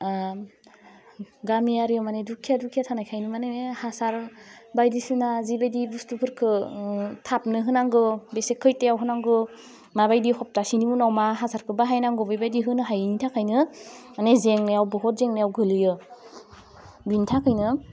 गामियारि मानि दुखिया दुखिया थानायखायनो मानि हासार बायदिसिना जिबायदि बस्थुफोरखो थाबनो होनांगौ बेसो खयथायाव होनांगौ माबायदि सप्तासेनि उनाव मा हासारखौ बाहायनांगौ बेबायदि होनो हायैनि थाखायनो मानि जेंनायाव बहुत जेंनायाव गोलैयो बिनि थाखायनो